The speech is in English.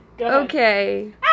Okay